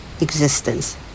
existence